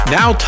now